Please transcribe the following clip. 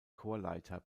chorleiter